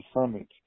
summit